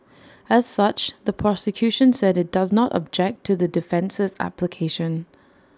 as such the prosecution said IT does not object to the defence's application